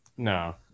No